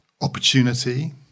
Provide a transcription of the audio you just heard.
opportunity